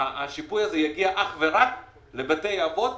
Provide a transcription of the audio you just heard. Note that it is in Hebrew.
שהשיפוי הזה יגיע אך ורק לבתי אבות